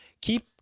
keep